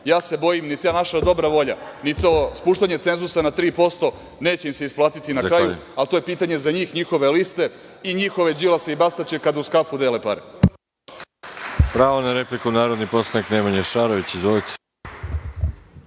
ja se bojim ni ta naša dobra volja, ni to spuštanje cenzusa na 3% neće im se isplatiti na kraju, ali to je pitanje za njih, njihove liste i njihove Đilase i Bastaće kad uz kafu dele pare.